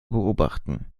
beobachten